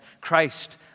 Christ